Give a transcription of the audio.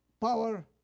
power